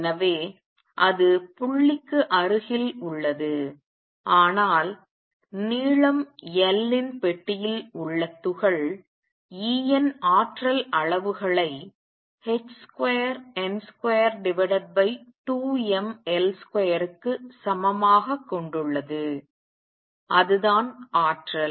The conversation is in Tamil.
எனவே அது புள்ளிக்கு அருகில் உள்ளது ஆனால் நீளம் L இன் பெட்டியில் உள்ள துகள் En ஆற்றல் அளவுகளை h2n22mL2 க்கு சமமாக கொண்டுள்ளது அதுதான் ஆற்றல்